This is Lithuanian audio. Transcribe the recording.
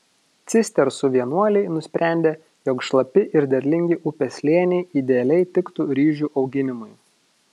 cistersų vienuoliai nusprendė jog šlapi ir derlingi upės slėniai idealiai tiktų ryžių auginimui